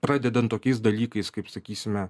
pradedant tokiais dalykais kaip sakysime